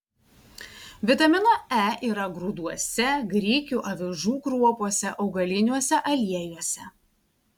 vitamino e yra grūduose grikių avižų kruopose augaliniuose aliejuose